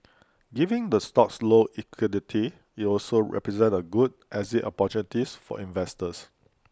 given the stock's low liquidity IT also presents A good exit opportunity for investors